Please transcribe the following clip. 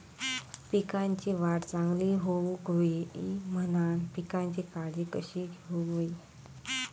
पिकाची वाढ चांगली होऊक होई म्हणान पिकाची काळजी कशी घेऊक होई?